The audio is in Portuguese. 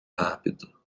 rápido